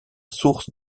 source